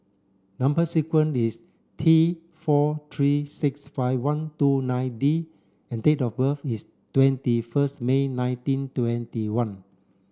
number sequence is T four three six five one two nine D and date of birth is twenty first May nineteen twenty one